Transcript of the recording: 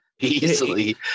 Easily